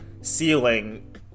ceiling